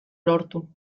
lortu